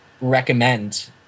recommend